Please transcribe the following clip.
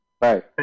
right